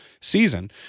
season